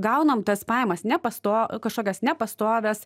gaunam tas pajamas nepasto kažkokias nepastovias